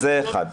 זה דבר אחד.